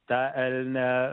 tą elnią